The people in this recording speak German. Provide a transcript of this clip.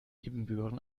ibbenbüren